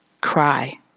Cry